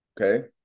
Okay